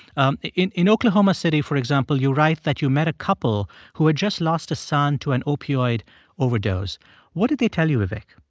um in in oklahoma city, for example, you write that you met a couple who had just lost a son to an opioid overdose what did they tell you, vivek?